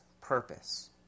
purpose